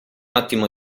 attimo